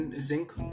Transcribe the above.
zinc